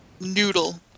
Noodle